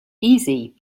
easy